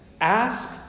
Ask